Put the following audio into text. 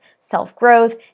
self-growth